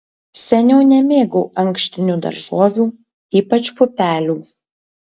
seniau nemėgau ankštinių daržovių ypač pupelių